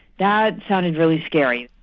that sounded really scary.